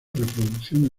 reproducción